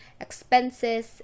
expenses